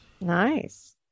Nice